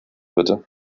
bitte